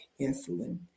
insulin